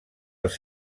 els